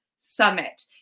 summit